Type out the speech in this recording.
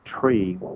tree